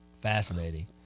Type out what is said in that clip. Fascinating